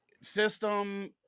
System